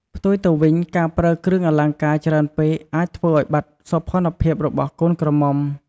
ផ្ទុយទៅវិញការប្រើគ្រឿងអលង្ការច្រើនពេកអាចធ្វើឲ្យបាត់សោភ័ណភាពរបស់កូនក្រមុំ។